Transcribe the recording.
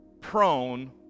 prone